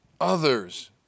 others